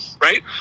right